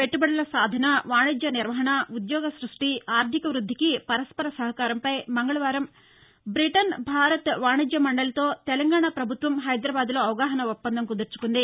పెట్టబడుల సాధన వాణిజ్య నిర్వహణ ఉద్యోగ సృష్టి ఆర్టిక వృద్దికి పరస్పర సహకారంపై మంగళవారం బ్రిటన్ భారత వాణిజ్య మండలితో తెలంగాణ ప్రభుత్వం నిన్న హైదరాబాద్లో అవగాహనా ఒప్పందం కుదుర్చుకుంది